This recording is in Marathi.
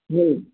हो